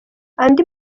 andi